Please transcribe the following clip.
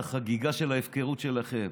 את החגיגה של ההפקרות שלכם.